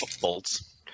bolts